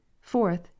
fourth